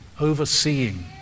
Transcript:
overseeing